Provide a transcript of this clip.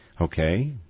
Okay